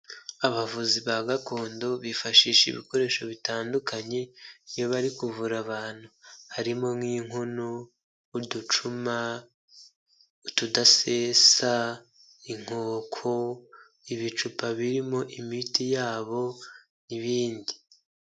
Abavuzi ba gakondo bifashisha ibikoresho bitandukanye iyo bari kuvura abantu, harimo nk'inkono, uducuma, utudasesa, inkoko, ibicupa birimo imiti y'abo n'ibindi.